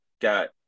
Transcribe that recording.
got